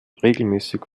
regelmäßig